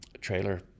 trailer